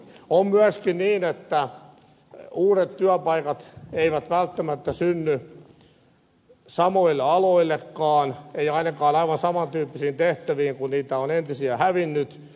on myöskin niin että uudet työpaikat eivät välttämättä synny samoille aloillekaan ei ainakaan aivan saman tyyppisiin tehtäviin joista on entisiä hävinnyt